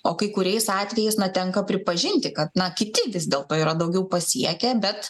o kai kuriais atvejais tenka pripažinti kad na kiti vis dėlto yra daugiau pasiekę bet